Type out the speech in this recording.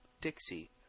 Dixie